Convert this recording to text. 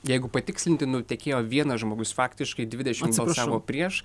jeigu patikslinti nutekėjo vienas žmogus faktiškai dvidešim balsavo prieš